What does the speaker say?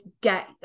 get